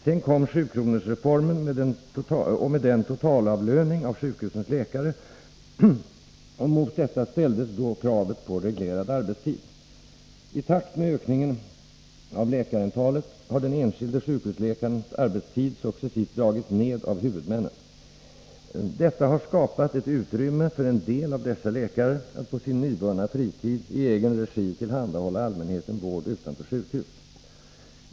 Sedan kom 7-kronorsreformen och med den totalavlöning av sjukhusens läkare. Mot detta ställdes då kravet på reglerad arbetstid. I takt med ökningen av läkarantalet har den enskilde sjukhusläkarens arbetstid successivt dragits ned av huvudmännen. Detta har skapat ett utrymme för en del av dessa läkare att på sin nyvunna fritid i egen regi tillhandahålla allmänheten vård utanför sjukhus.